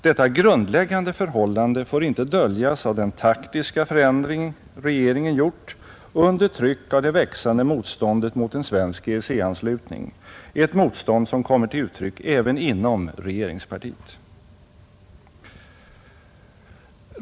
Detta grundläggande förhållande får inte döljas av den taktiska förändring regeringen gjort under tryck av det växande motståndet mot en svensk EEC-anslutning, ett motstånd som kommer till uttryck även inom regeringspartiet.